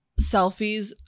selfies